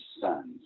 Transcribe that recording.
sons